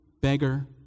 beggar